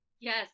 Yes